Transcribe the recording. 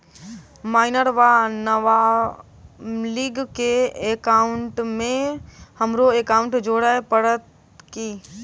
Minor वा नबालिग केँ एकाउंटमे हमरो एकाउन्ट जोड़य पड़त की?